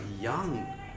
young